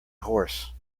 horse